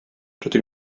rydw